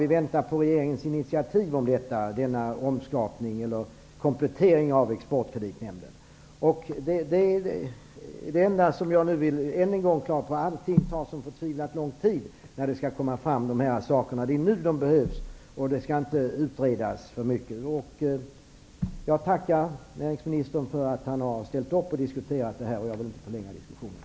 Vi väntar bara på regeringens initiativ till denna komplettering av Exportkreditnämnden. Det är det enda som jag nu än en gång vill klara ut: Allting tar så lång tid, när någonting skall tas fram. Det är nu som det behövs, och det skall inte utredas för mycket. Jag tackar näringsministern för att han har ställt upp och diskuterat det här. Jag vill inte förlänga debatten.